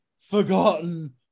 forgotten